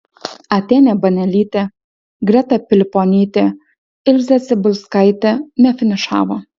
atėnė banelytė greta piliponytė ilzė cibulskaitė nefinišavo